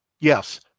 Yes